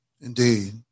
Indeed